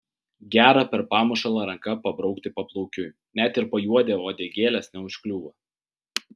gera per pamušalą ranka pabraukti paplaukiui net ir pajuodę uodegėlės neužkliūva